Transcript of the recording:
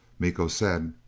miko said,